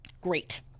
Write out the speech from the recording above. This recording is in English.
Great